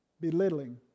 belittling